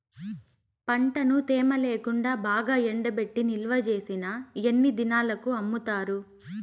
పంటను తేమ లేకుండా బాగా ఎండబెట్టి నిల్వచేసిన ఎన్ని దినాలకు అమ్ముతారు?